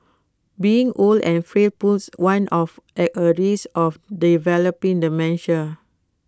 being old and frail puts one at A high risk of developing dementia